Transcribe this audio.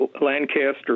Lancaster